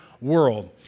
World